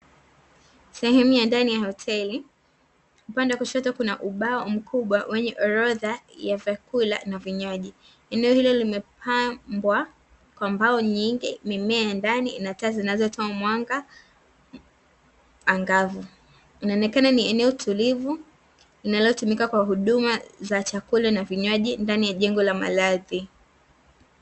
Sehemu ya ndani ya hoteli, upande wa kushoto kuna ubao mkubwa wenye orodha ya vyakula na vinywaji. Eneo hilo limepambwa kwa mbao nyingi, mimea ya ndani ina taa zinazotoa mwanga angavu. Linaonekana ni eneo tulivu, linalotumika kwa huduma za chakula na vinywaji ndani ya jengo la malazi.